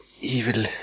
Evil